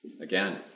Again